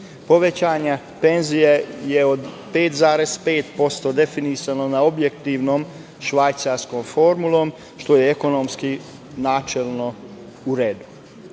Povećanje penzija je od 5,5% definisano objektivnom švajcarskom formulom, što je ekonomski načelno u redu.